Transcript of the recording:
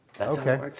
Okay